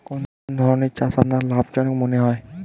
কোন ধানের চাষ আপনার লাভজনক মনে হয়?